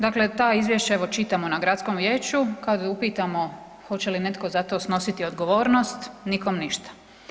Dakle, ta izvješća evo čitamo na gradskom vijeću, kad upitamo hoće li netko za to snositi odgovornost, nikom ništa.